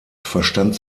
verstand